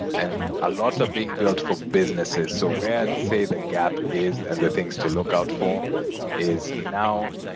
and a lot are being built for businesses. so where i'd say the gap is and the things to look out for is, and now,